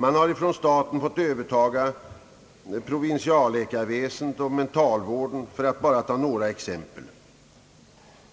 Man har från staten fått övertaga provinsialläkarväsendet och mentalvården, för att bara ta några exempel.